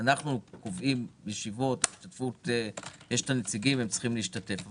אנחנו קובעים ישיבות בהשתתפות נציגי ציבור והם צריכים להשתתף בהן.